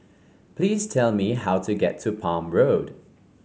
please tell me how to get to Palm Road